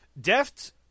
Deft